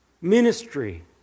ministry